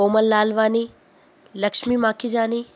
Komal Lalwani Lakshmi Makhijani